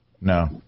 No